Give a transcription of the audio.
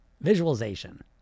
visualization